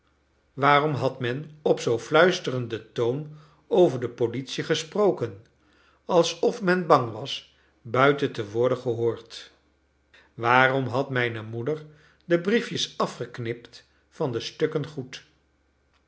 waarom had men op zoo fluisterenden toon over de politie gesproken alsof men bang was buiten te worden gehoord waarom had mijne moeder de briefjes afgeknipt van de stukken goed